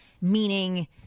Meaning